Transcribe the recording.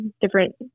different